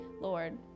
Lord